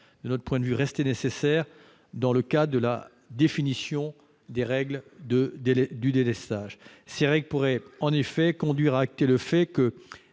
de notre point de vue, rester nécessaire dans le cadre de la définition des règles du délestage. Ces règles pourraient en effet conduire à entériner le fait que